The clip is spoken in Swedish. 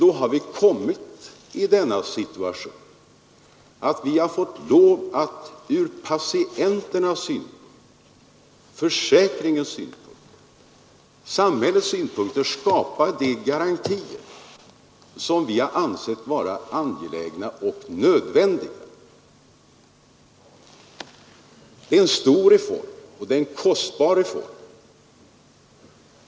Då har vi kommit i denna situation att vi har fått lov att skapa de garantier som vi från patienternas synpunkt, försäkringens synpunkt och samhällets synpunkt har ansett vara angelägna och nödvändiga. Detta är en stor reform och en kostbar reform.